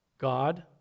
God